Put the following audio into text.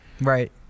Right